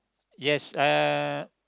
yes uh